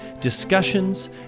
discussions